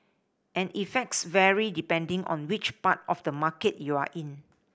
and effects vary depending on which part of the market you're in